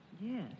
Yes